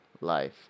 life